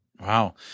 Wow